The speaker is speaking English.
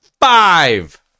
Five